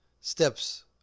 steps